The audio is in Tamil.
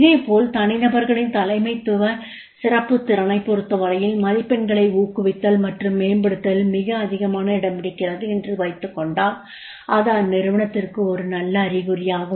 இதேபோல் தனிநபர்களின் தலைமைத்துவ சிறப்புத் திறனைப் பொறுத்தவரையில் மதிப்பெண்களை ஊக்குவித்தல் மற்றும் மேம்படுத்துதல் மிக அதிகமான இடம் பிடிக்கிறது என்று வைத்துக் கொண்டால் அது அந்நிறுவனத்திற்கு ஒரு நல்ல அறிகுறியாகும்